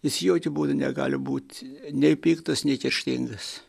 jis jokiu būdu negali būt nei piktas nei kerštingas